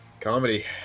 Comedy